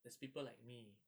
there's people like me